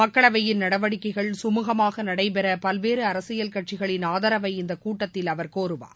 மக்களவையின் நடவடிக்கைகள் கமூகமாக நடைபெற பல்வேறு அரசியல் கட்சிகளின் ஆதரவை இந்த கூட்டத்தில் அவர் கோருவார்